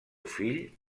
fill